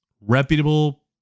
reputable